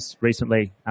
recently